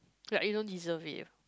like you don't deserve it